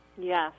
Yes